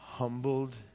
humbled